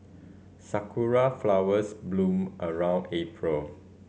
sakura flowers bloom around April